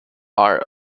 are